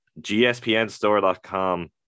GSPNstore.com